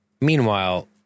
Meanwhile